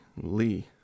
Lee